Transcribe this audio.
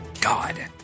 God